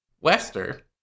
Wester